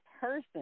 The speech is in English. person